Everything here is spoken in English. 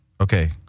okay